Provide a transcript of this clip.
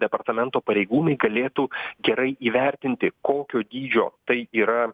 departamento pareigūnai galėtų gerai įvertinti kokio dydžio tai yra